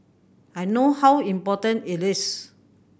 I know how important it is